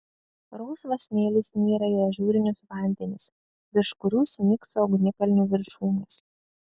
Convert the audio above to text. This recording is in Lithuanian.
rausvas smėlis nyra į ažūrinius vandenis virš kurių smygso ugnikalnių viršūnės